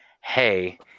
hey